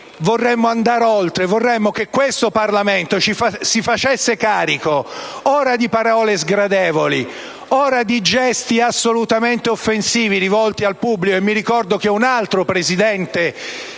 vorremmo andare oltre: vorremmo che questo Parlamento si facesse carico ora di parole sgradevoli, ora di gesti assolutamente offensivi rivolti al pubblico (e mi ricordo che un altro Presidente